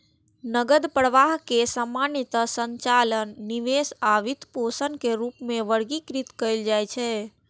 नकद प्रवाह कें सामान्यतः संचालन, निवेश आ वित्तपोषण के रूप मे वर्गीकृत कैल जाइ छै